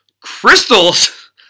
Crystal's